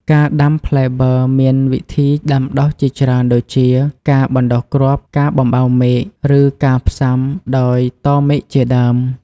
ការដាំផ្លែប័រមានវិធីដាំដុះជាច្រើនដូចជា ការបណ្តុះគ្រាប់ ការបំបៅមែក ឬការផ្សាំដោយតមែកជាដើម។